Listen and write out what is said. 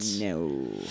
No